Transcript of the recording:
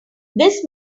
this